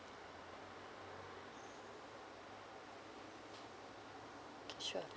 K sure